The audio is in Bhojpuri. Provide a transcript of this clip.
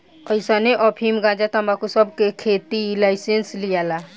अइसने अफीम, गंजा, तंबाकू सब के खेती के लाइसेंस लियाला